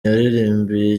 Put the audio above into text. yaririmbiye